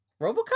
Robocop